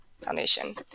foundation